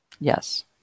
yes